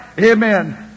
Amen